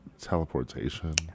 teleportation